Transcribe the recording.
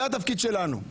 זה התפקיד שלנו.